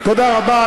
תודה רבה.